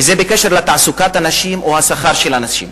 ובקשר לתעסוקת הנשים או שכר הנשים.